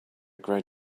great